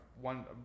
one